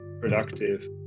productive